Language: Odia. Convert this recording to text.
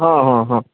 ହଁ ହଁ ହଁ